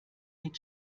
den